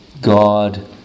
God